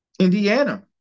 Indiana